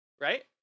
right